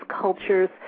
cultures